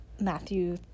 Matthew